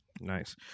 Nice